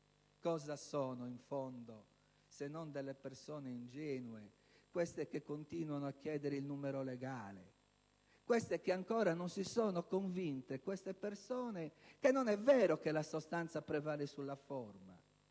Cosa sono, in fondo, se non delle persone ingenue quelle che continuano a chiedere il numero legale, che ancora non si sono convinte che non è vero che la sostanza prevale sulla forma,